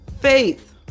faith